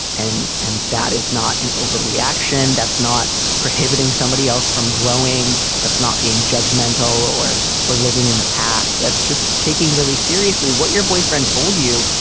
and and that is not an overreaction. that's not prohibiting somebody else from growing. that's not being judgmental or or living in the past. that's just taking really seriously what your boyfriend told you.